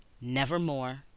Nevermore